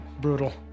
brutal